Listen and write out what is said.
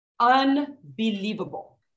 unbelievable